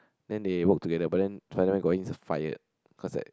then they work together but then Spider-Man got him fired cause that